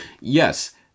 Yes